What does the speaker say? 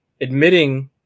admitting